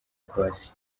croatia